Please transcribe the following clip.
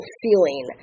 feeling